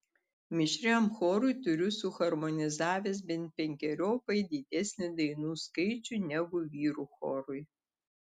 mišriam chorui turiu suharmonizavęs bent penkeriopai didesnį dainų skaičių negu vyrų chorui